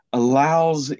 allows